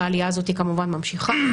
והעלייה הזאת כמובן ממשיכה.